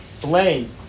Blame